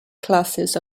classes